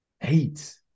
eight